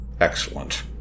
Excellent